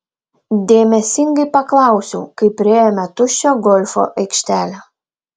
dėmesingai paklausiau kai priėjome tuščią golfo aikštelę